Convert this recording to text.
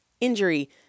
injury